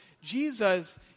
Jesus